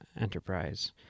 Enterprise